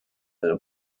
del